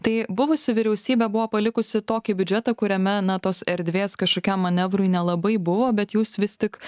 tai buvusi vyriausybė buvo palikusi tokį biudžetą kuriame na tos erdvės kažkokiam manevrui nelabai buvo bet jūs vis tik